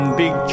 big